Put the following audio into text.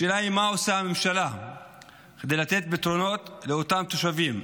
השאלה היא מה עושה הממשלה כדי לתת פתרונות לאותם תושבים.